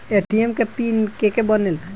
ATM के pin के के बनेला?